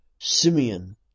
Simeon